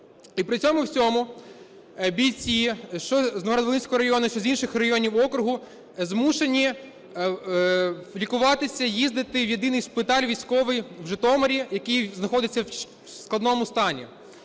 І при цьому всьому бійці що з Новоград-Волинського району, що з інших районів округу змушені лікуватися, їздити в єдиний шпиталь військовий в Житомирі, який знаходиться в складному стані.